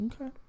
Okay